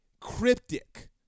cryptic